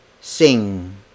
Sing